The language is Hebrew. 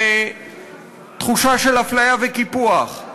ותחושה של אפליה וקיפוח,